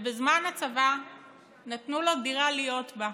בזמן הצבא נתנו לו דירה להיות בה.